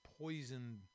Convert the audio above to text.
poisoned